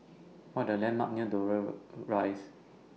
What Are The landmarks near Dover Rise